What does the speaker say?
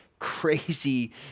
crazy